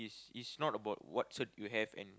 is not about what cert you have and